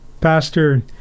Pastor